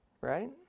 Right